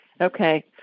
Okay